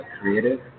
creative